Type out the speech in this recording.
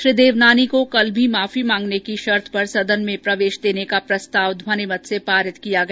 श्री देवनानी को कल भी माफी मांगने की शर्त पर सदन में प्रवेश देने का प्रस्ताव ध्वनिमत से पारित किया गया